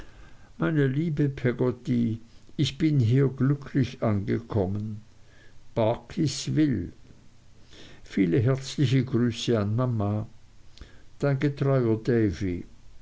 meine liebe peggotty ich bin hier glücklich angekommen barkis will viele herzliche grüße an mama dein getreuer davy